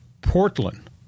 Portland